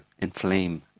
inflame